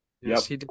Yes